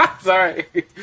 Sorry